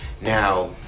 Now